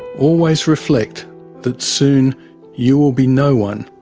always reflect that soon you will be no one,